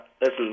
listen